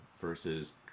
versus